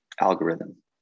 algorithm